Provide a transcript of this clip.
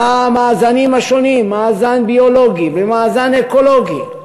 על המאזנים השונים, מאזן ביולוגי ומאזן אקולוגי,